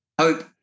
Hope